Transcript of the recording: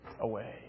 away